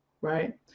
right